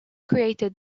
created